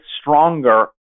stronger